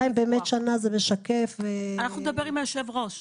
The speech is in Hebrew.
אנחנו נדבר עם היושב-ראש.